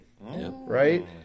Right